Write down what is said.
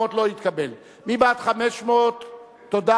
ההסתייגות לחלופין ב' השלישית של קבוצת